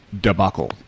debacle